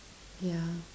yeah